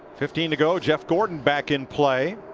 fifteen to go jeff gordon back in play.